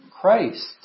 Christ